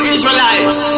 Israelites